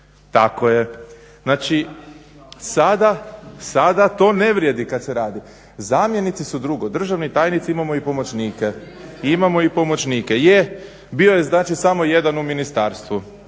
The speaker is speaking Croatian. Tako je. Znači sada to ne vrijedi kada se radi. Zamjenici su drugo. Državni tajnici imamo i pomoćnike. Je, bio je znači samo jedan u ministarstvu,